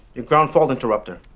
your ground fault interrupter.